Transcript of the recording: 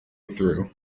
through